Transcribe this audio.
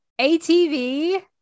ATV